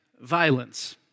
violence